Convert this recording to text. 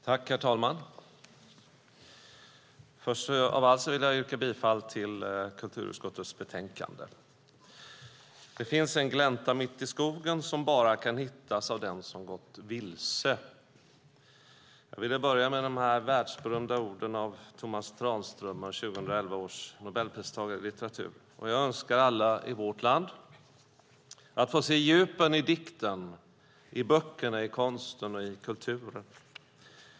Herr talman! Först av allt vill jag yrka bifall till förslaget i kulturutskottets betänkande. Det finns en glänta Mitt i skogen Som bara kan hittas Av den som gått vilse Jag ville börja med de världsberömda orden av Tomas Tranströmer, 2011 års Nobelpristagare i litteratur. Jag önskar alla i vårt land att få se djupen i dikten, i böckerna, i konsten och i kulturen.